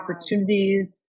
opportunities